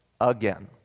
again